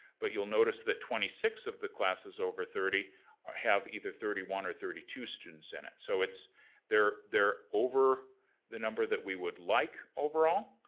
but you'll notice that twenty six of the classes over thirty have either thirty one or thirty two students in it, so they're they're over the number that we would like, overall,